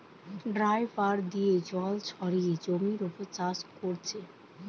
dripper দিয়ে জল ছড়িয়ে জমির উপর চাষ কোরছে